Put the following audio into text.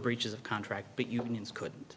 breach of contract but unions couldn't